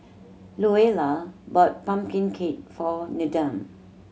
Luella bought pumpkin cake for Needham